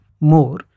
more